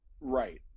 right